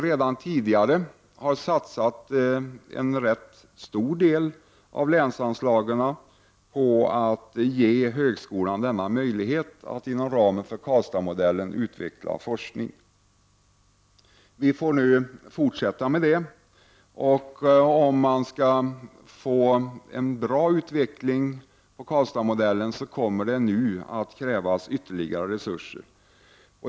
Redan tidigare har ju en ganska stor del av länsanslagen satsats på att ge högskolan möjlighet att inom ramen för Karlstadsmodellen utveckla forskningen, och här blir det alltså en fortsättning. Men för att få en bra utveckling beträffande Karlstadsmodellen kommer det att krävas ytterligare resurser.